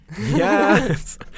Yes